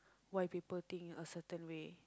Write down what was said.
why people think a certain way